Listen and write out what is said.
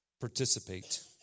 participate